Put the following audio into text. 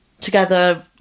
together